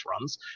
runs